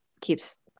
keeps